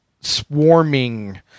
swarming